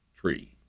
tree